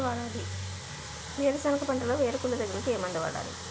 వేరుసెనగ పంటలో వేరుకుళ్ళు తెగులుకు ఏ మందు వాడాలి?